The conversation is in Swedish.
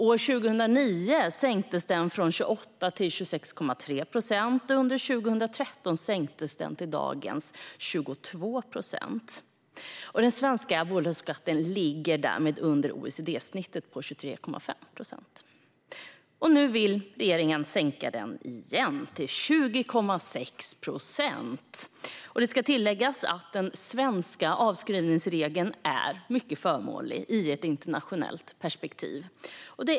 År 2009 sänktes den från 28 procent till 26,3 procent, och under 2013 sänktes den till dagens 22 procent. Den svenska bolagsskatten ligger därmed under OECD-snittet på 23,5 procent. Nu vill regeringen sänka den igen, till 20,6 procent. Det ska tilläggas att den svenska avskrivningsregeln är mycket förmånlig i ett internationellt perspektiv.